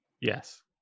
Yes